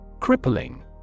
Crippling